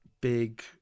big